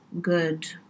good